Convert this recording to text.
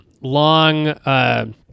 long